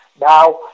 Now